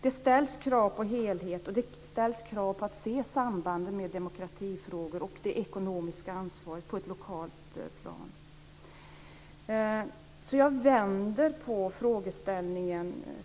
Det ställs krav på helhet, och det ställs krav på att se sambanden mellan demokratifrågor och det ekonomiska ansvaret på ett lokalt plan. Jag vänder därför på frågeställningen.